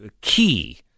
key